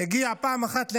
הגיע פעם אחת לנצרת,